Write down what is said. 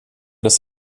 des